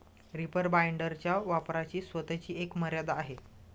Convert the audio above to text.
reaper बाइंडरच्या वापराची स्वतःची एक मर्यादा आहे